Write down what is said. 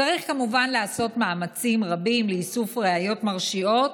צריך כמובן לעשות מאמצים רבים לאיסוף ראיות מרשיעות,